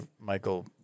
Michael